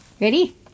Ready